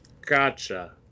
Gotcha